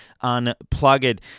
unplugged